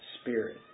spirit